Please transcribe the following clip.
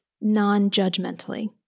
non-judgmentally